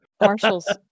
Marshall's